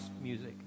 music